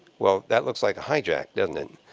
well, that looks like a hijack, doesn't it?